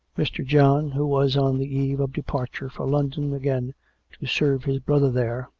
mr. john, who was on the eve of departure for london again to serve his brother there,